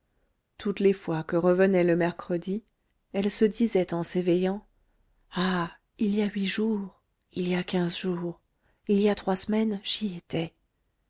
toutes les fois que revenait le mercredi elle se disait en s'éveillant ah il y a huit jours il y a quinze jours il y a trois semaines j'y étais